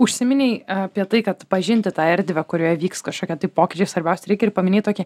užsiminei apie tai kad pažinti tą erdvę kurioje vyks kažkokie tai pokyčiai svarbiausia reikia ir paminėt tokį